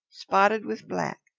spotted with black.